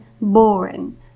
boring